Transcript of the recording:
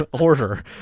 order